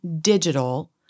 digital